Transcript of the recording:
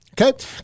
Okay